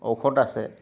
ঔষধ আছে